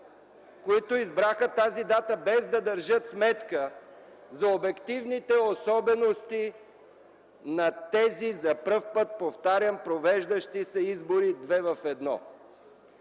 които избраха тази дата, без да държат сметка за обективните особености на тези за първи път провеждащи се избори две